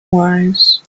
wise